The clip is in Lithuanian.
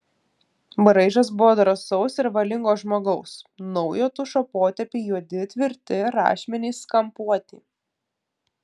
braižas buvo drąsaus ir valingo žmogaus naujo tušo potėpiai juodi tvirti rašmenys kampuoti